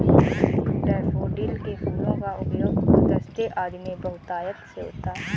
daffodil के फूलों का उपयोग गुलदस्ते आदि में बहुतायत से होता है